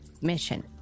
mission